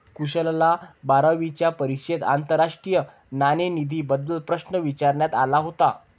कुशलला बारावीच्या परीक्षेत आंतरराष्ट्रीय नाणेनिधीबद्दल प्रश्न विचारण्यात आला होता